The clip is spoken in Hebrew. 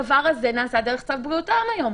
הדבר הזה נעשה דרך צו בריאות העם היום.